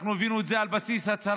הבאנו את זה גם על בסיס הצהרתי.